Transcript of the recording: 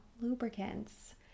lubricants